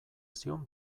zion